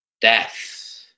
death